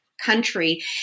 Country